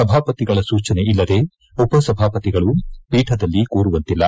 ಸಭಾಪತಿಗಳ ಸೂಚನೆ ಇಲ್ಲದೆ ಉಪಸಭಾಪತಿಗಳು ಪೀಠದಲ್ಲಿ ಕೂರುವಂತಿಲ್ಲ